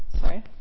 sorry